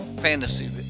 fantasy